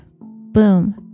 Boom